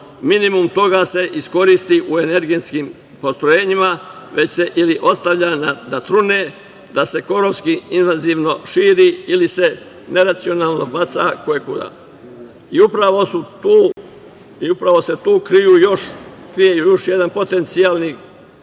minimum toga se iskoristi u energetskim postrojenjima, već se ili ostavlja da trude, da se ekonomski invaziono širi ili se neracionalno baca kojekuda. Upravo su tu krije još jedna potencijalna